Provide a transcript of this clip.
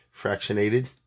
fractionated